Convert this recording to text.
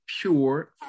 pure